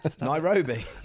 Nairobi